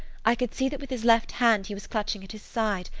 i could see that with his left hand he was clutching at his side,